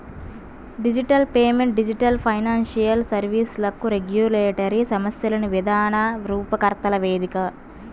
digital payment digital financial సర్వీస్లకు regulatory సమస్యలను విధాన రూపకర్తల వేదిక